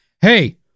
hey